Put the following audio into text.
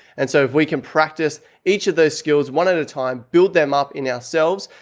and so if we can practice each of those skills one at a time, build them up in ourselves,